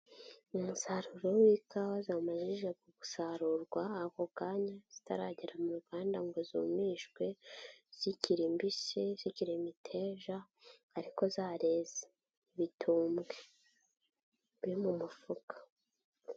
Umusaruro w'ikawa zamajije gusarurwa ako kanya zitaragera mu ruganda ngo zumishwe, zikiri mbisi, zikira imiteja ariko zareze. Ibitumbwe biri mu mufuka.